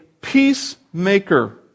peacemaker